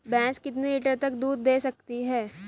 भैंस कितने लीटर तक दूध दे सकती है?